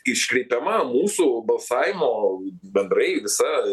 iškreipiama mūsų balsavimo bendrai visa